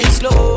slow